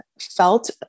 felt